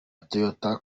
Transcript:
toyota